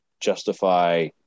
justify